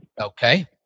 okay